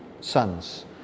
sons